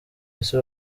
ese